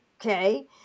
okay